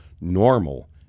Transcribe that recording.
normal